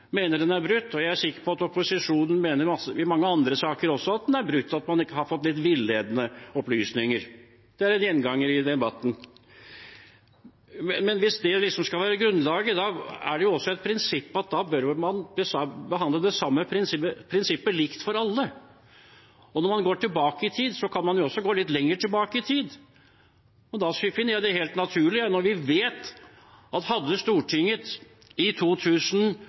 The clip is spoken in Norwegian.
mener den er brutt, og jeg er sikker på at opposisjonen i mange andre saker også mener at den er brutt, at man har fått villedende opplysninger. Det er en gjenganger i debatten. Men hvis det skal være grunnlaget, er det jo også et prinsipp at da bør man behandle det likt for alle. Når man går tilbake i tid, så kan man jo også gå litt lenger tilbake i tid. Da loven kom i 2007–2008, eller da forskriften kom, eller da Stortinget behandlet rapporten fra Hareides særskilte komité for oppfølging av Gjørv-kommisjonen i Stortinget i